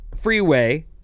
freeway